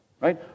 Right